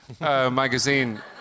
Magazine